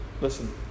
Listen